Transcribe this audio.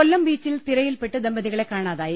കൊല്ലം ബീച്ചിൽ തിരയിൽപ്പെട്ട് ദമ്പതികളെ കാണാതായി